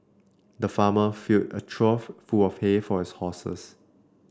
the farmer filled a trough full of hay for his horses